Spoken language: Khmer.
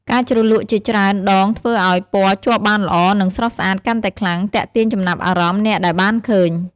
ការជ្រលក់ជាច្រើនដងធ្វើអោយ ពណ៌ជាប់បានល្អនិង ស្រស់ស្អាត កាន់តែខ្លាំង ទាក់ទាញចំណាប់អារម្មណ៍អ្នកដែលបានឃើញ។